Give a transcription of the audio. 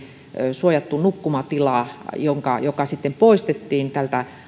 suojattu nukkumatila joka joka sitten poistettiin tältä